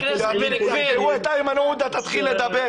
כשיחקרו את איימן עודה תתחיל לדבר,